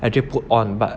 actually put on but